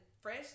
fresh